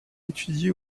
étudie